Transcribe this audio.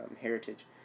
heritage